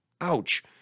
Ouch